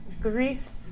grief